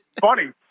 funny